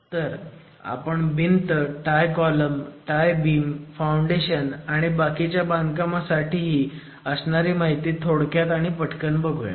तर आपण भिंत tie column tie beam foundation आणि बाकीच्या बांधकामासाठी असणारी माहिती थोडक्यात आणि पटकन बघुयात